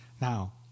Now